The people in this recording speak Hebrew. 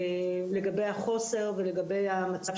לגבי החוסר ולגבי מצב